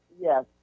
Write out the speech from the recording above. Yes